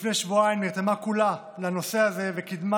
לפני שבועיים נרתמה כולה לנושא הזה וקידמה